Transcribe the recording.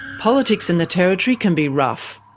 politics in the territory can be rough.